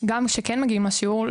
שכן גם מגיעים לשיעור.